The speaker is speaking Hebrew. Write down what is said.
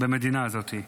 במדינה הזאת.